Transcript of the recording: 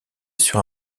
sur